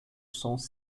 sons